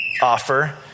offer